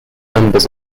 numbers